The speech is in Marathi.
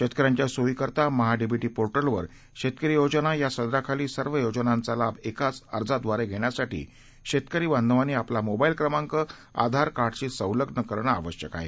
शेतकऱ्यांच्यासोयीकरितामहा डीबीटीपोर्टलवर शेतकरीयोजना यासदराखालीसर्वयोजनांचालाभ एकाचअर्जाद्वारे घेण्यासाठीशेतकरीबांधवांनीआपलामोबाईलक्रमांक आधारकार्डशीसंलग्नकरणंआवश्यकआहे